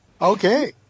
Okay